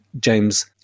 James